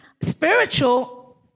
spiritual